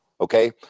okay